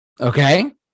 okay